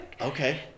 Okay